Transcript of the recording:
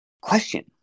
question